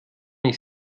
ich